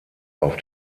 auf